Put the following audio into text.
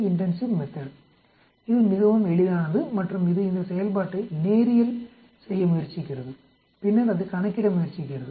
இது மிகவும் எளிதானது மற்றும் இது இந்த செயல்பாட்டை நேரியல் செய்ய முயற்சிக்கிறது பின்னர் அது கணக்கிட முயற்சிக்கிறது